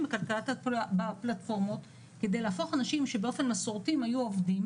בכלכלת הפלטפורמות כדי להפוך אנשים שבאופן מסורתי היו עובדים